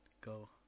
go